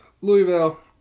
Louisville